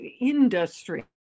industry